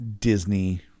Disney